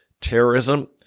terrorism